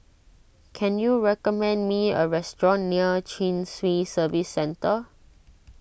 can you recommend me a restaurant near Chin Swee Service Centre